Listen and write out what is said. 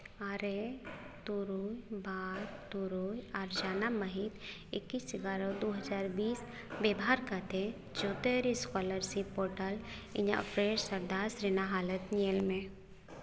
ᱟᱨᱮ ᱛᱩᱨᱩᱭ ᱵᱟᱨ ᱛᱩᱨᱩᱭ ᱟᱨ ᱡᱟᱱᱟᱢ ᱢᱟᱹᱦᱤᱛ ᱮᱠᱤᱥ ᱮᱜᱟᱨᱚ ᱫᱩ ᱦᱟᱡᱟᱨ ᱵᱤᱥ ᱵᱮᱵᱷᱟᱨ ᱠᱟᱛᱮ ᱡᱚᱛᱚ ᱨᱮ ᱮᱥᱠᱚᱞᱟᱨᱥᱤᱯ ᱯᱚᱨᱴᱟᱞ ᱤᱧᱟᱹᱜ ᱯᱷᱨᱮᱥ ᱥᱟᱛᱟᱥ ᱨᱮᱱᱟᱜ ᱦᱟᱞᱚᱛ ᱧᱮᱞ ᱢᱮ